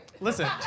listen